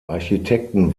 architekten